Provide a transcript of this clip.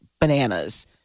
bananas